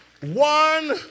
one